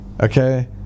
Okay